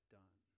done